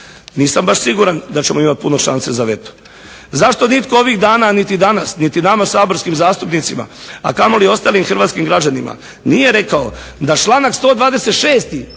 Nisam baš siguran da ćemo imati puno šanse za veto. Zašto nitko ovih dana niti danas, niti nama saborskim zastupnicima, a kamoli ostalim hrvatskim građanima nije rekao da članak 126.